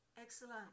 excellent